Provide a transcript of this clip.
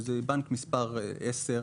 נגיד בנק מספר 10,